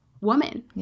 woman